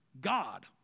God